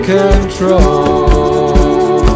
control